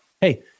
hey